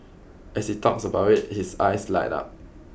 as he talks about it his eyes light up